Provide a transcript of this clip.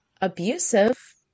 abusive